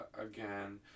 again